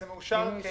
זה מאושר כקריטריון?